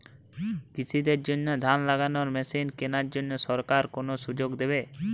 কৃষি দের জন্য ধান লাগানোর মেশিন কেনার জন্য সরকার কোন সুযোগ দেবে?